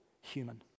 human